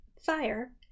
Fire